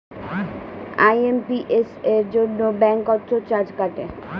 IMPS এর জন্য bank কত চার্জ কাটে?